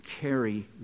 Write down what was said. carry